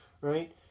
Right